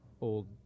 old